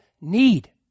need